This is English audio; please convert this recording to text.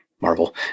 Marvel